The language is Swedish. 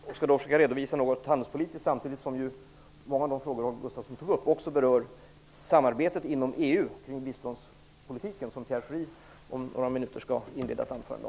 Jag skall då försöka redovisa detta handelspolitiskt. Samtidigt vill jag peka på att många av de frågor som Holger Gustafsson tog upp också berör samarbetet inom EU när det gäller biståndspolitiken, om vilken Pierre Schori om några minuter inleder sitt anförande.